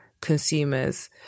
consumers